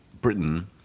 Britain